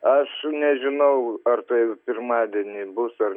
aš nežinau ar tai pirmadienį bus ar